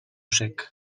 sec